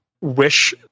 wish